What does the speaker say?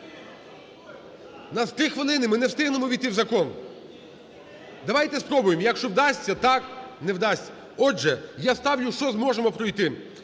нас три хвилини, ми не встигнемо увійти в закон. Давайте спробуємо, якщо вдасться – так?… Не вдасться. Отже, я ставлю, що зможемо пройти.